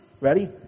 ready